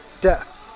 death